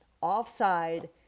offside